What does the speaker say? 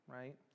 right